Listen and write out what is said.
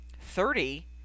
thirty